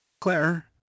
claire